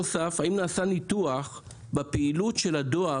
שאלה נוספת היא האם נעשה ניתוח בפעילות של הדואר,